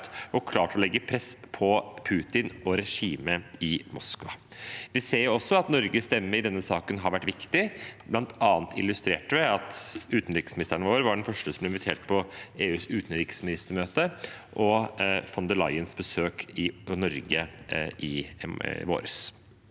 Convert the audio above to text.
og klart å legge press på Putin og regimet i Moskva. Vi ser også at Norges stemme i denne saken har vært viktig, bl.a. illustrert ved at utenriksministeren vår var den første som ble invitert til EUs utenriksministermøte, og ved von der Leyens besøk i Norge i våres.